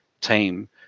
team